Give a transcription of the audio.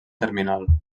terminal